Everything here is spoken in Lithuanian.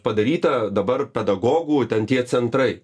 padaryta dabar pedagogų ten tie centrai